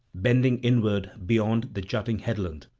bending inward beyond the jutting headland.